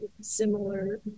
similar